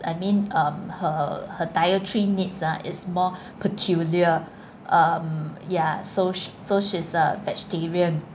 I mean um her her dietary needs ah is more peculiar um ya so she so she's a vegetarian